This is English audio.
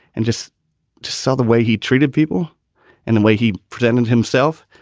and just just saw the way he treated people and the way he presented himself.